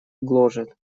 гложет